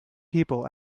people